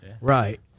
Right